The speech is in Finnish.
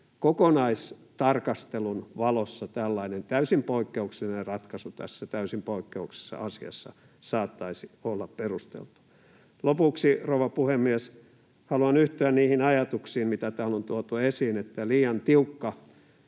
kokonaistarkastelun valossa tällainen täysin poikkeuksellinen ratkaisu tässä täysin poikkeuksellisessa asiassa saattaisi olla perusteltu. Lopuksi, rouva puhemies, haluan yhtyä niihin ajatuksiin, mitä täällä on tuotu esiin, että liian tiukka